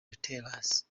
retailers